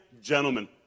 gentlemen